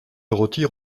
retire